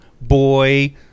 boy